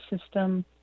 system